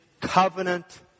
covenant